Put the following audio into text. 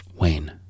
Wayne